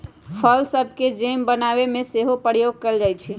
फल सभके जैम बनाबे में सेहो प्रयोग कएल जाइ छइ